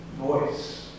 voice